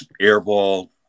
airball